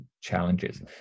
challenges